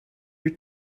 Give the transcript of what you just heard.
your